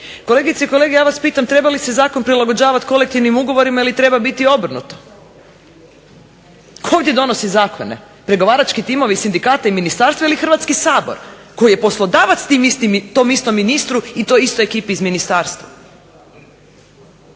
Kolegice i kolege, ja vas pitam treba li se zakon prilagođavati kolektivnim ugovorima ili treba biti obrnuto. Tko ovdje donosi zakone? Pregovarački timovi sindikata i ministarstva ili Hrvatski sabor koji je poslodavac tom istom ministru i toj istoj ekipi iz ministarstva.